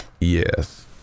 Yes